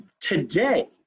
today